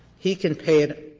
he can pay it